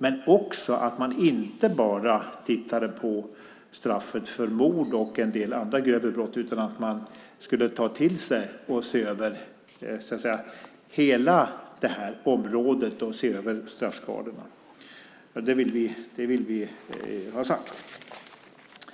Men det handlar också om att man inte bara skulle titta på straffet för mord och en del andra grövre brott utan att man skulle ta till sig och se över hela det här området och se över straffskalorna. Det vill vi ha sagt. Det